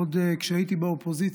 עוד כשהייתי באופוזיציה,